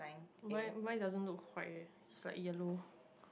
mine mine doesn't look white eh it's like yellow